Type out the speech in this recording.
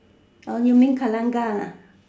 oh you mean galangal ah